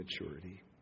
maturity